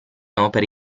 opere